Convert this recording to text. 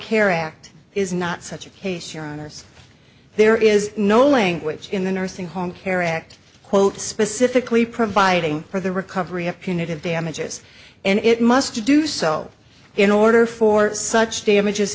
care act is not such a case your honour's there is no language in the nursing home care act quote specifically providing for the recovery of punitive damages and it must to do so in order for such damages